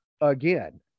again